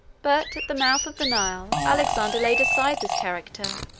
but at the mouth of the nile alexander laid aside this character.